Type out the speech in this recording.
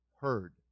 heard